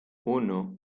uno